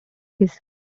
his